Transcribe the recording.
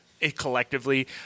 Collectively